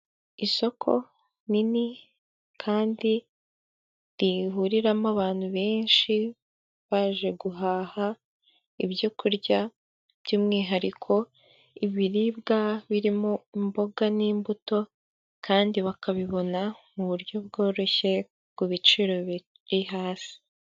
Isoko rinini kandi rihuriramo abantu benshi baje guhaha ibyokurya by'umwihariko ibiribwa birimo imboga n'imbuto kandi bakabibona mu buryo bworoshye ku biciro biri hasi.